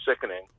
sickening